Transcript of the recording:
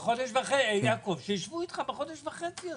יעקב, שישבו איתך בחודש וחצי האלה.